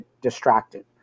distracted